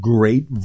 Great